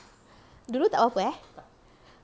dulu takde apa-apa eh